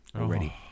already